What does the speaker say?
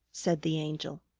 said the angel.